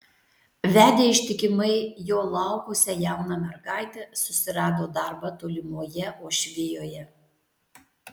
vedė ištikimai jo laukusią jauną mergaitę susirado darbą tolimoje uošvijoje